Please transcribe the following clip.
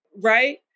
right